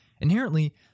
Inherently